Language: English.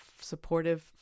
supportive